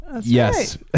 Yes